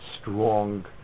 strong